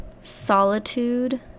solitude